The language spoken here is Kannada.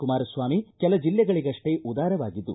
ಕುಮಾರಸ್ವಾಮಿ ಕೆಲ ಜಿಲ್ಲೆಗಳಗಷ್ಟೇ ಉದಾರವಾಗಿದ್ದು